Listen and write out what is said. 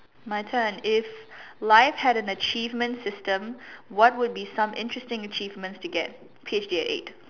my turn if life had an achievement system what would be some interesting achievements to get P_H_D at eight